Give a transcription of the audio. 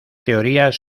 teorías